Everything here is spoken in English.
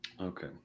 Okay